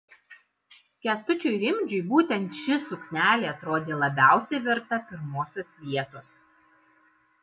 kęstučiui rimdžiui būtent ši suknelė atrodė labiausiai verta pirmosios vietos